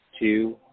two